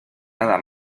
nada